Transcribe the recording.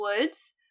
woods